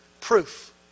Proof